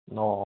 ꯑꯣ